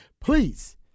Please